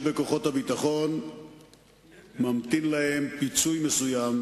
בכוחות הביטחון ממתין להם פיצוי מסוים,